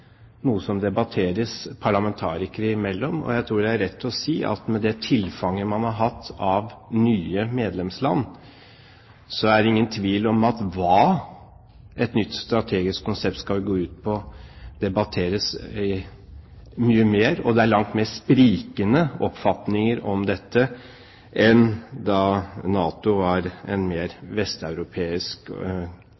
noe som debatteres parlamentarikere imellom. Jeg tror jeg har rett til å si at med det tilfanget man har hatt av nye medlemsland, er det ingen tvil om at hva et nytt strategisk konsept skal gå ut på, debatteres mye mer, og det er langt mer sprikende oppfatninger om dette nå enn da NATO var en mer